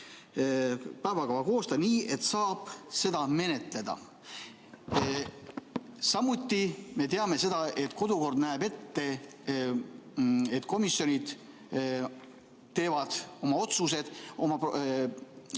päevakava koostada nii, et saab seda menetleda. Samuti me teame seda, et kodukord näeb ette, et komisjonid teevad oma otsused selle